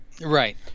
Right